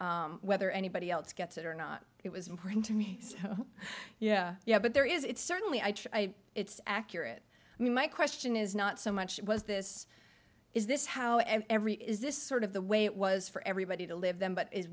whether anybody else gets it or not it was important to me yeah yeah but there is it's certainly i try it's accurate i mean my question is not so much was this is this how every is this sort of the way it was for everybody to live then but